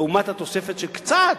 לעומת התוספת של קצת,